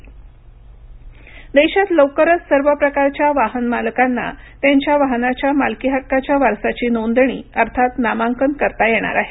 motor वाहन कायदा बदल देशात लवकरच सर्व प्रकारच्या वाहन मालकांना त्यांच्या वाहनाच्या मालकी हक्काच्या वारसाची नोंदणी अर्थात नामांकन करता येणार आहे